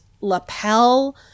lapel